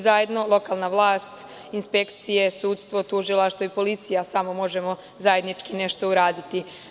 Zajedno lokalna vlast, inspekcije, sudstvo, tužilaštvo i policija samo može zajednički nešto uraditi.